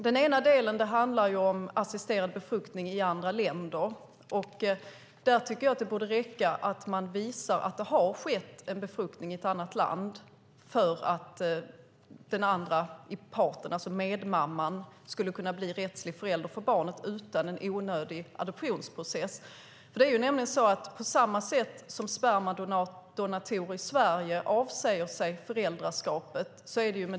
Den ena delen handlar om assisterad befruktning i andra länder. Där tycker jag att det borde räcka att man visar att det har skett en befruktning i ett annat land för att den andra parten, alltså medmamman, skulle kunna blir rättslig förälder för barnet utan en onödig adoptionsprocess. Det är nämligen på samma sätt i andra länder som i Sverige att spermadonatorer avsäger sig föräldraskapet.